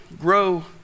grow